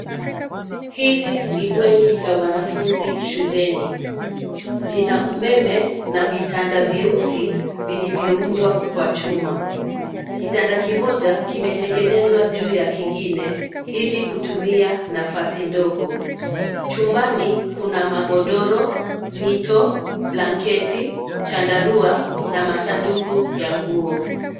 Hili ni bweni la wanafunzi shuleni, lina umeme, na vitanda vyeusi, vilivyoundwa kwa chuma, kitanda kimoja kimetengenezwa juu ya kingine, ilikutumia nafasi ndogo. Chumbani, kuna magodoro, mito, blanketi, chandarua, na masunduku ya nguo.